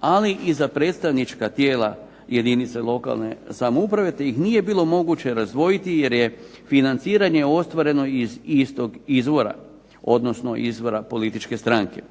ali i za predstavnička tijela jedinica lokalne samouprave, te ih nije bilo moguće razdvojiti jer je financiranje ostvareno iz istog izvora. Odnosno izvora političke stranke.